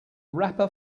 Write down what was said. rapper